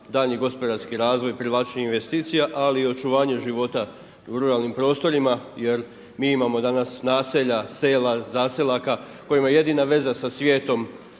daljnji gospodarski razvoj i privlačenje investicija, ali i očuvanju života u ruralnim prostorima jer mi imamo danas naselja, sela, zaselaka kojima je jedina veza sa svijetom